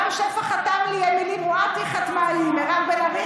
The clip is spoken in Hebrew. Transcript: רם שפע חתם לי, אמילי מואטי חתמה לי,